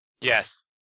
Yes